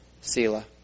Selah